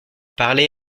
parler